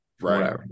Right